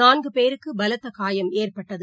நான்குபேருக்குபலத்தகாயம் ஏற்ப்ட்டது